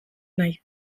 nahi